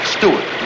Stewart